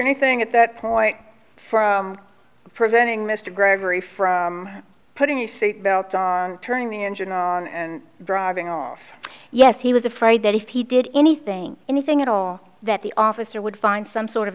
anything at that point preventing mr gregory from putting the seat belt turning the engine on and driving off yes he was afraid that if he did anything anything at all that the officer would find some sort of